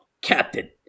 Captain